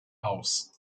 house